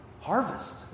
harvest